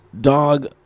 Dog